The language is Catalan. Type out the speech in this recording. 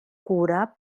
cura